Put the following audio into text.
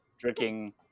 drinking